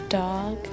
dog